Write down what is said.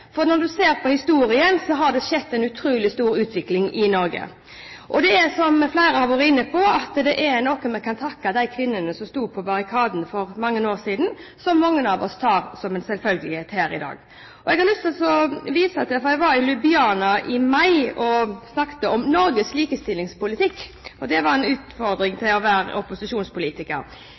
for en oppsummering av historien. Når man ser på historien, har det skjedd en utrolig stor utvikling i Norge. Det som mange av oss tar som en selvfølge i dag, er, som flere har vært inne på, noe vi kan takke de kvinnene som sto på barrikadene for mange år siden, for. Jeg var i Ljubljana i mai og snakket om Norges likestillingspolitikk, og det var en utfordring for en opposisjonspolitiker.